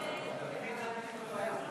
ההצעה להעביר את הצעת חוק מיסוי מקרקעין (שבח ורכישה)